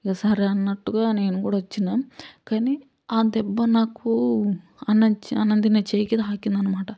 ఇంక సరే అన్నట్టుగా నేను కూడా వచ్చినా కానీ ఆ దెబ్బ నాకూ అన్నం అన్నం తినే చెయ్యికి తాకింది అనమాట